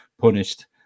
punished